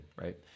right